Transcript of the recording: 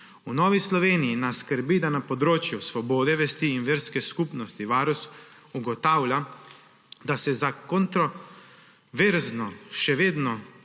V Novi Sloveniji nas skrbi, da na področju svobode vesti in verske skupnosti Varuh ugotavlja, da se za kontroverzno še vedno